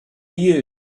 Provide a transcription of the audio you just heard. you